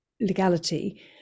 legality